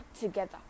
together